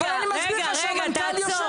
אבל אני מסביר לך שהמנכ"ל יושב פה.